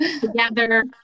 together